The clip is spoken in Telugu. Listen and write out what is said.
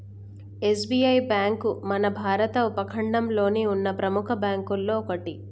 ఎస్.బి.ఐ బ్యేంకు మన భారత ఉపఖండంలోనే ఉన్న ప్రెముఖ బ్యేంకుల్లో ఒకటి